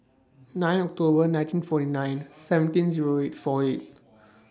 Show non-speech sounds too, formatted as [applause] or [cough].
nine October nineteen forty nine [noise] seventeen Zero eight four eight [noise]